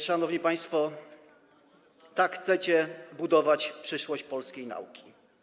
Szanowni państwo, tak chcecie budować przyszłość polskiej nauki?